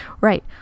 Right